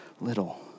little